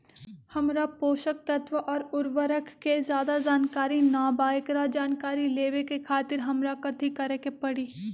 हमरा पोषक तत्व और उर्वरक के ज्यादा जानकारी ना बा एकरा जानकारी लेवे के खातिर हमरा कथी करे के पड़ी?